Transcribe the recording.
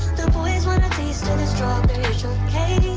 boys want a taste of the strawberry shortcake